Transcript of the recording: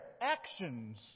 actions